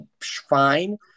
fine